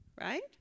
Right